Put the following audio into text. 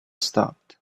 stopped